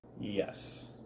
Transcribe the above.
Yes